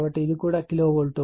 కాబట్టి ఇది కూడా కిలోవోల్ట్